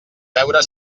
veure